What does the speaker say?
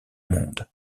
monde